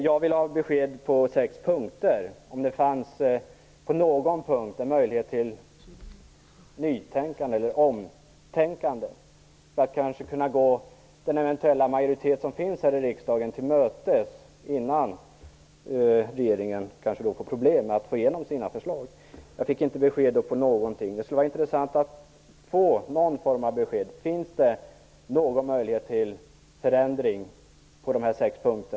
Jag ville ha besked på sex punkter, om det på någon punkt fanns en möjlighet till nytänkande eller omtänkande, för att kunna gå den eventuella majoritet som finns här i riksdagen till mötes innan regeringen får problem med att få igenom sina förslag. Jag fick inte något besked. Det skulle vara intressant att få någon form av besked. Finns det någon möjlighet till förändring när det gäller dessa sex punkter?